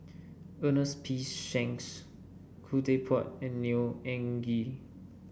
Ernest P Shanks Khoo Teck Puat and Neo Anngee